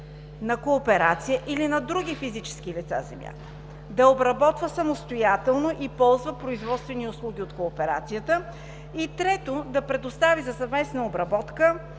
на кооперация или на други физически лица земя, да я обработва самостоятелно и ползва производствени услуги от кооперацията, и трето – да предостави за съвместна обработка